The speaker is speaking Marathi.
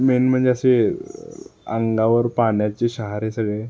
मेन म्हणजे असे अंगावर पाण्याचे शहारे सगळे